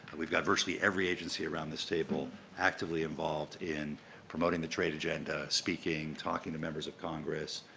we've got virtually every agency around this table actively involved in promoting the trade agenda, speaking, talking to members of congress,